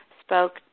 spoke